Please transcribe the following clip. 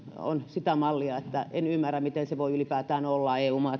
ovat sitä mallia että en ymmärrä miten se voi ylipäätään olla eu maa